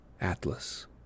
Atlas